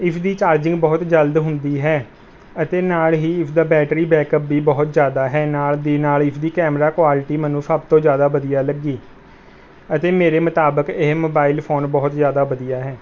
ਇਸਦੀ ਚਾਰਜਿੰਗ ਬਹੁਤ ਜਲਦ ਹੁੰਦੀ ਹੈ ਅਤੇ ਨਾਲ ਹੀ ਇਸ ਦਾ ਬੈਟਰੀ ਬੈਕਅੱਪ ਵੀ ਬਹੁਤ ਜ਼ਿਆਦਾ ਹੈ ਨਾਲ ਦੀ ਨਾਲ ਇਸਦੀ ਕੈਮਰਾ ਕੋਆਲੀਟੀ ਮੈਨੂੰ ਸਭ ਤੋਂ ਜ਼ਿਆਦਾ ਵਧੀਆ ਲੱਗੀ ਅਤੇ ਮੇਰੇ ਮੁਤਾਬਕ ਇਹ ਮੋਬਾਇਲ ਫ਼ੋਨ ਬਹੁਤ ਜ਼ਿਆਦਾ ਵਧੀਆ ਹੈ